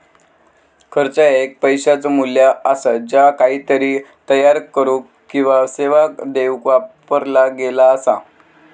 खर्च ह्या पैशाचो मू्ल्य असा ज्या काहीतरी तयार करुक किंवा सेवा देऊक वापरला गेला असा